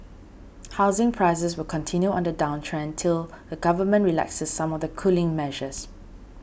housing prices will continue on the downtrend till the government relaxes some of the cooling measures